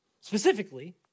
specifically